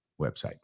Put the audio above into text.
website